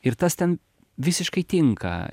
ir tas ten visiškai tinka